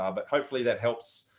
ah but hopefully that helps.